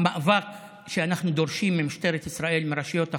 המאבק שאנחנו דורשים ממשטרת ישראל, מרשויות החוק,